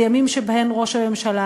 ימים שבהם ראש הממשלה